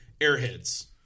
Airheads